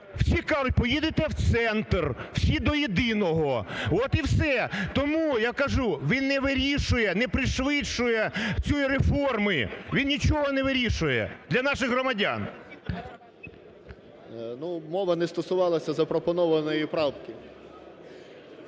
Всі кажуть, поїдете в центр, всі до єдиного. От і все! Тому я й кажу, він не вирішує, не пришвидшує цієї реформи, він нічого не вирішує для наших громадян. 16:45:52 ДЕХТЯРЧУК О.В. Ну, мова не стосувалася запропонованої правки.